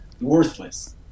worthless